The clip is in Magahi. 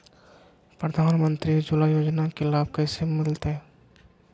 प्रधानमंत्री उज्वला योजना के लाभ कैसे मैलतैय?